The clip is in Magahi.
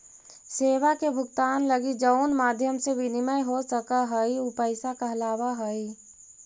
सेवा के भुगतान लगी जउन माध्यम से विनिमय हो सकऽ हई उ पैसा कहलावऽ हई